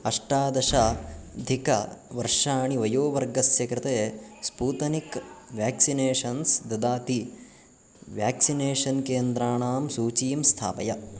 अष्टादश अधिकवर्षाणि वयोवर्गस्य कृते स्पूतनिक् वेक्सिनेषन्स् ददाति व्याक्सिनेषन् केन्द्राणां सूचीं स्थापय